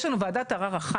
יש לנו וועדת ערר אחת.